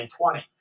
2020